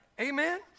amen